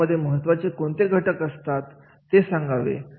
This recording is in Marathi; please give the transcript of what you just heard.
यामध्ये महत्त्वाचे कोणते घटक असतात ते सांगावे